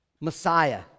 Messiah